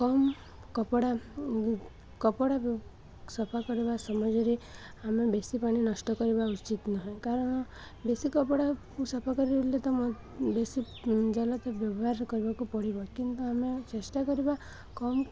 କମ୍ କପଡ଼ା କପଡ଼ା ସଫା କରିବା ସମାଜରେ ଆମେ ବେଶୀ ପାଣି ନଷ୍ଟ କରିବା ଉଚିତ୍ ନୁହେଁ କାରଣ ବେଶୀ କପଡ଼ା ସଫା କଲେ ତ ବେଶୀ ଜଳ ତ ବ୍ୟବହାର କରିବାକୁ ପଡ଼ିବ କିନ୍ତୁ ଆମେ ଚେଷ୍ଟା କରିବା କମ୍